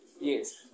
Yes